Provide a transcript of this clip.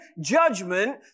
judgment